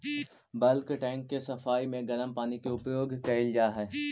bulk tank के सफाई में गरम पानी के उपयोग कैल जा हई